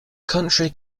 country